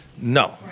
No